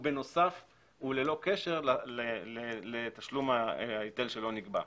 הוא בנוסף וללא קשר לתשלום ההיטל שלא נגבה.